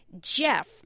Jeff